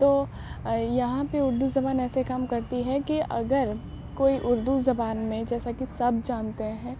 تو یہاں پہ اردو زبان ایسے کام کرتی ہے کہ اگر کوئی اردو زبان میں جیسا کہ سب جانتے ہیں